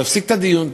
תפסיק את הדיון,